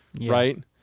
right